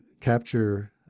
capture